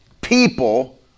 people